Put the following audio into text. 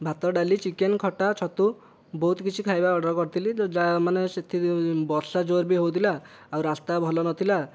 ଭାତ ଡାଲି ଚିକେନ ଖଟା ଛତୁ ବହୁତ କିଛି ଖାଇବା ଅର୍ଡ଼ର କରିଥିଲି ତ ଯାହା ମାନେ ସେଥି ବର୍ଷା ଜୋରବି ହେଉଥିଲା ଆଉ ରାସ୍ତା ଭଲ ନଥିଲା